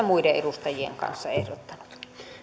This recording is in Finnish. muiden edustajien kanssa ehdottanut